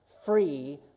free